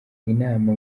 inama